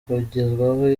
kugezwaho